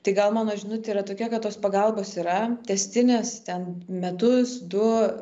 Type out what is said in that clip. tai gal mano žinutė yra tokia kad tos pagalbos yra tęstinės ten metus du